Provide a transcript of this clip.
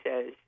says